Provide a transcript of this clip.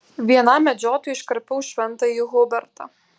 vienam medžiotojui iškarpiau šventąjį hubertą